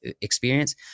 experience